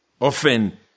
Often